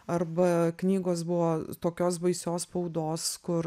arba knygos buvo tokios baisios spaudos kur